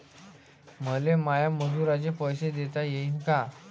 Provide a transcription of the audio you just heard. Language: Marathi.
मले माया मजुराचे पैसे देता येईन का?